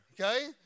okay